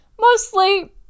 mostly